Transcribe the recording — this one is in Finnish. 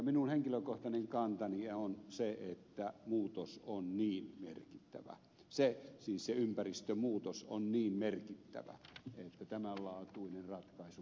minun henkilökohtainen kantani on se että muutos on niin merkittävä se siis ympäristön muutos on niin merkittävä että tämän laatuinen ratkaisu pitäisi tehdä